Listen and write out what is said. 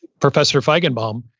professor faigenbaum,